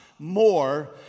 more